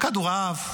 כדורעף,